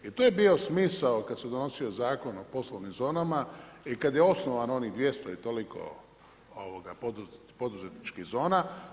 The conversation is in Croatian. I to je bio smisao kad se donosio zakon o poslovnim zonama i kad je osnovano onih 200 i toliko poduzetničkih zona.